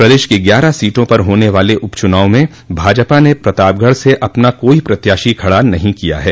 प्रदेश की ग्यारह सीटों पर होने वाले उपचुनाव में भाजपा ने प्रतापगढ़ से अपना कोई प्रत्याशी खड़ा नहीं किया है